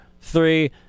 three